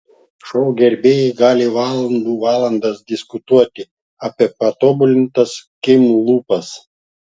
šou gerbėjai gali valandų valandas diskutuoti apie patobulintas kim lūpas